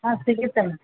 ಹಾಂ ಸಿಗುತ್ತೆ ಮೆಮ್